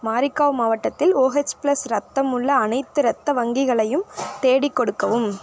மாரிகாவ் மாவட்டத்தில் O H plus ரத்தம் உள்ள அனைத்து ரத்த வங்கிகளையும் தேடி கொடுக்கவும்